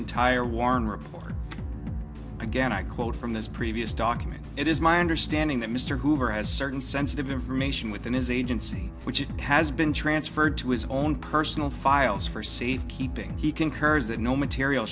entire warren report again i quote from this previous document it is my understanding that mr hoover has certain sensitive information within his agency which has been transferred to his own personal files for c keeping he concurs that no material